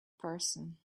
person